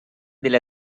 delle